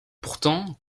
pourtant